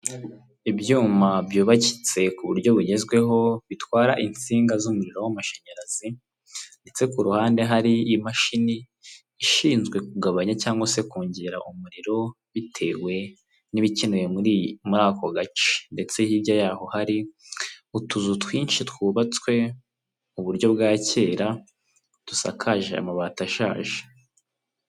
Ibyuma byubakitse ku buryo bugezweho bitwara insinga z'umuriro w'amashanyarazi ndetse ku ruhande hari imashini ishinzwe kugabanya cyangwa se kongera umuriro bitewe n'ibikenewe muri ako gace ndetse hirya yaho hari utuzu twinshi twubatswe mu buryo bwa kera dusakaje amabati ashaje.